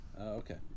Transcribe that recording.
Okay